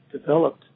developed